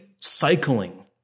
cycling